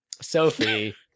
Sophie